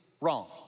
wrong